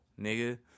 nigga